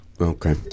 Okay